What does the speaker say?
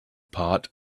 part